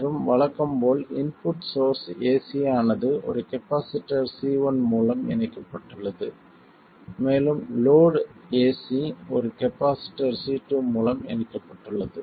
மற்றும் வழக்கம் போல் இன்புட் சோர்ஸ் AC ஆனது ஒரு கப்பாசிட்டர் C1 மூலம் இணைக்கப்பட்டுள்ளது மேலும் லோட் AC ஒரு கப்பாசிட்டர் C2 மூலம் இணைக்கப்பட்டுள்ளது